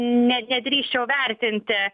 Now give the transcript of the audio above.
ne nedrįsčiau vertinti